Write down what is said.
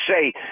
say